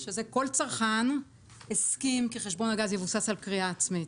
אני אגיד משהו כזה, אדוני -- עזוב, עזוב.